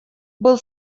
был